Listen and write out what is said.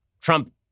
Trump